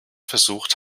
versucht